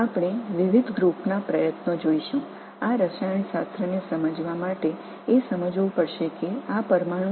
இந்த வேதியியலைப் புரிந்து கொள்ள பல்வேறு குழுக்களின் முயற்சிகள் தான் நாம் பார்க்க முயற்சிப்போம்